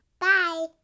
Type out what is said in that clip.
Bye